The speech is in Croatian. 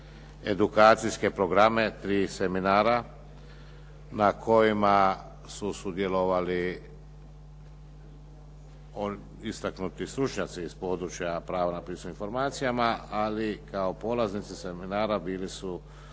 edukacijske programe tri seminara na kojima su sudjelovali istaknuti stručnjaci iz područja prava na pristup informacijama ali kao polaznici seminara bile su